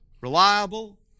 reliable